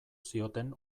zioten